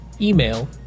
email